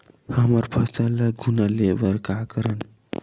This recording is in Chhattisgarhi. हमर फसल ल घुना ले बर का करन?